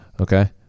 okay